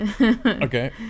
okay